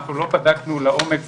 אנחנו לא בדקנו לעומק,